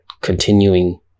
continuing